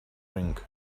ring